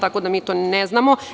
Tako da mi ne znamo.